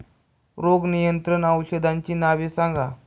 रोग नियंत्रण औषधांची नावे सांगा?